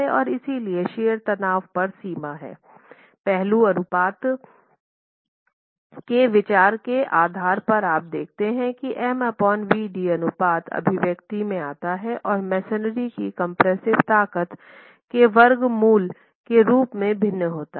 और इसलिए शियर तनाव पर सीमा है पहलू अनुपात के विचार के आधार पर आप देखते हैं कि M Vd अनुपात अभिव्यक्ति में आता है और मेसनरी की कम्प्रेस्सिव ताकत के वर्ग मूल के रूप में भिन्न होता है